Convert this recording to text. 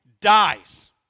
dies